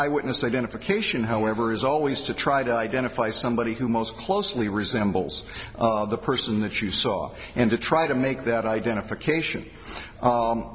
eyewitness identification however is always to try to identify somebody who most closely resembles the person that you saw and to try to make that identification